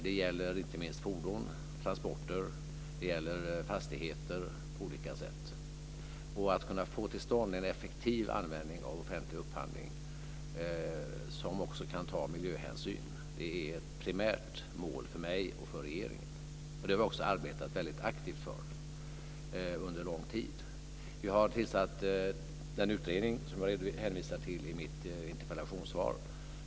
Det gäller inte minst fordon, transporter och fastigheter på olika sätt. Att kunna få till stånd en effektiv användning av offentlig upphandling, som också kan ta miljöhänsyn, är ett primärt mål för mig och för regeringen. Det har vi också arbetat väldigt aktivt för under lång tid. Vi har tillsatt den utredning som jag hänvisar till i mitt interpellationssvar.